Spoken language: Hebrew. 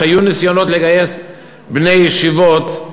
היו ניסיונות לגייס בני ישיבות,